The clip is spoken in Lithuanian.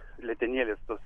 letenėlės tos